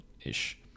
ish